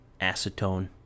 acetone